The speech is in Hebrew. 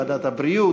ועדת הבריאות,